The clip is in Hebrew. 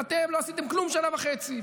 ואתם לא עשיתם כלום שנה וחצי.